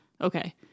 Okay